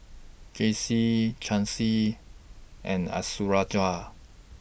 Jaycee Chauncy and